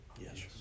Yes